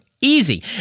easy